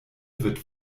wird